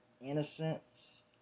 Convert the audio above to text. innocence